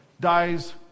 dies